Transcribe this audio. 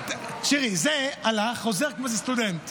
זה הלך, חוזר כמו איזה סטודנט,